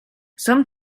some